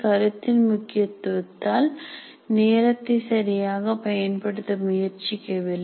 கருத்தின் முக்கியத்துவத்தால் நேரத்தை சரியாக பயன்படுத்த முயற்சிக்கவில்லை